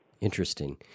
Interesting